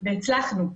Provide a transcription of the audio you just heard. והצלחנו.